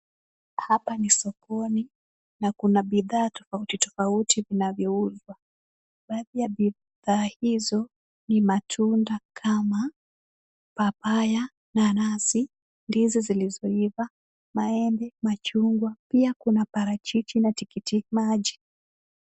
Hapa ni sokoni na kuna bidhaa tofauti tofauti vinavyouzwa. Baadhi ya bidhaa hizo ni matunda kama papaya, nanasi, ndizi zilizoiva, maembe, machungwa. Pia kuna parachichi na tikiti maji.